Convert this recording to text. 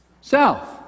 South